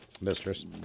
Mistress